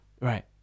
right